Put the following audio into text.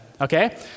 okay